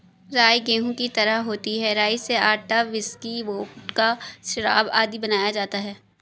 राई गेहूं की तरह होती है राई से आटा, व्हिस्की, वोडका, शराब आदि बनाया जाता है